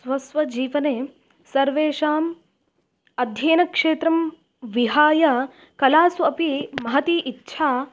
स्व स्व जीवने सर्वेषाम् अध्ययनक्षेत्रं विहाय कलासु अपि महती इच्छा